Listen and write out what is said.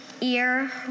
ear